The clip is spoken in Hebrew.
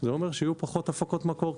זה לא אומר שיהיו פחות הפקות מקור,